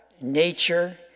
nature